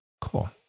Cool